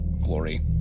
Glory